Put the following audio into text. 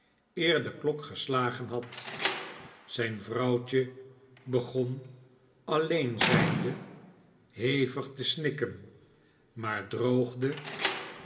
de klok geslagen had zijn vrouwtje begon alleen zijnde lievig te sm'kken maar droogde